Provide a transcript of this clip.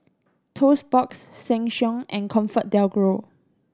Toast Box Sheng Siong and Comfort DelGro